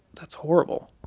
that's horrible